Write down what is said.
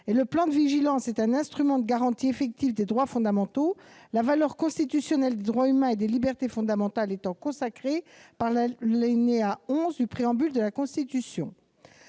Le plan de vigilance est un instrument de garantie effective de droits fondamentaux, la valeur constitutionnelle des droits humains et des libertés fondamentales étant consacrée par l'alinéa 11 du Préambule de la Constitution